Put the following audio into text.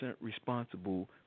responsible